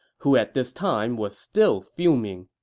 who at this time was still fuming.